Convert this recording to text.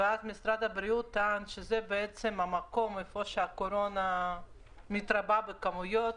ואז משרד הבריאות טען שאלו המקומות בהם הקורונה מתרבה בכמויות,